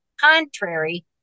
contrary